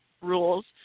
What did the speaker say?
rules